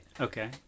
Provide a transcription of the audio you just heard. Okay